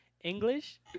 English